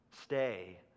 stay